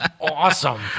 Awesome